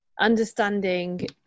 understanding